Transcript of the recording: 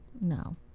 no